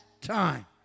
time